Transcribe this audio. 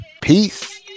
peace